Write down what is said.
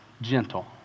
gentle